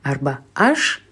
arba aš